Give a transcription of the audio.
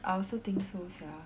I also think so sia